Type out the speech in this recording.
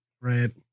right